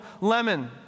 Lemon